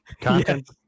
Content